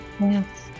Yes